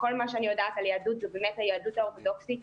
שכל מה שאני יודעת על יהדות זה באמת היהדות האורתודוכסית